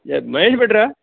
ಯಾರು ಮಹೇಶ್ ಭಟ್ಟರಾ